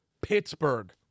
pittsburgh